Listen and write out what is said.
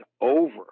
over